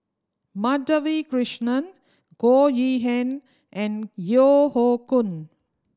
Madhavi Krishnan Goh Yihan and Yeo Hoe Koon